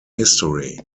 history